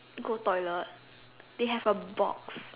go toilet they have a box